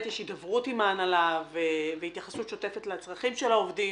יש הידברות עם ההנהלה והתייחסות שוטפת לצרכים של העובדים.